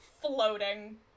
floating